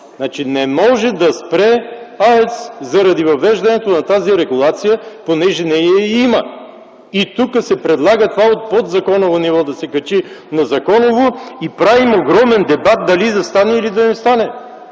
Не може да спре АЕЦ заради въвеждането на тази регулация, понеже нея я има. Тук се предлага от подзаконово ниво да се качи на законово и правим огромен дебат дали да стане това или да не стане.